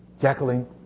Jacqueline